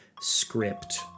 script